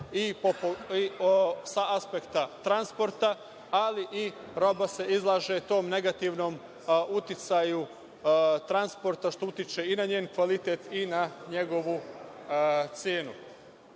sa aspekta transporta, ali i roba se izlaže tom negativnom uticaju transporta, što utiče i na njen kvalitet i na njegovu cenu. Mi